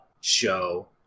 show